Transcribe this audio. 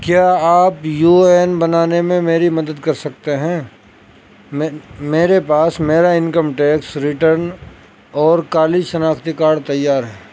کیا آپ U A N بنانے میں میری مدد کر سکتے ہیں میرے پاس میرا انکم ٹیکس ریٹرن اور کالج شناختی کارڈ تیار ہے